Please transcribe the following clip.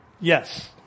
Yes